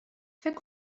فکر